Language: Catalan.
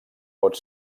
pot